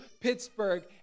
Pittsburgh